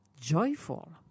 joyful